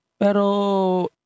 pero